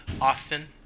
Austin